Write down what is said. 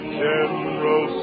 general